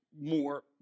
more